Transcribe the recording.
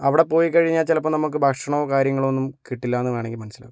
അവിടെ പോയി കഴിഞ്ഞാൽ ചിലപ്പോൾ നമുക്ക് ഭക്ഷണവും കാര്യങ്ങളും ഒന്നും കിട്ടില്ല എന്ന് വേണമെങ്കിൽ മനസ്സിലാക്കാം